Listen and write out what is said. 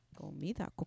comida